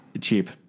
Cheap